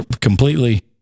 completely